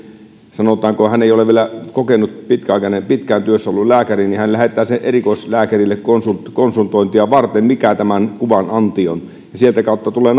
sanotaanko hän ei ole vielä kokenut pitkään työssä ollut lääkäri niin hän lähettää sen erikoislääkärille konsultointia konsultointia varten että mikä tämän kuvan anti on sieltä kautta tulee